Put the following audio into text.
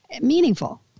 meaningful